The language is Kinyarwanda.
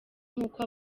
nk’uko